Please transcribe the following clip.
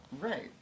Right